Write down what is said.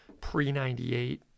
pre-98